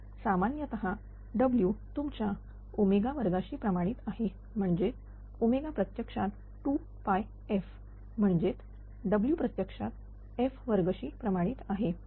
कारण सामान्यतः W तुमच्या2 शी प्रमाणित आहे म्हणजेच प्रत्यक्षात2f म्हणजेत W प्रत्यक्षात f2 शी प्रमाणित आहे